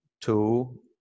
two